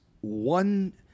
one